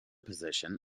position